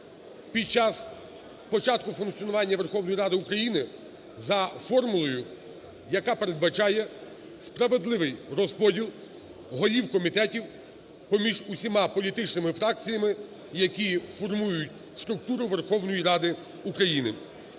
під час початку функціонування Верховної Ради України за формулою, яка передбачає справедливий розподіл голів комітетів поміж усіма політичними фракціями, які формують структуру Верховної Ради України.